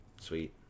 Sweet